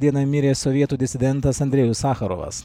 dieną mirė sovietų disidentas andrejus sacharovas